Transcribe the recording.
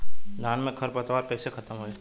धान में क खर पतवार कईसे खत्म होई?